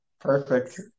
perfect